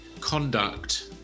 conduct